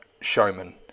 showman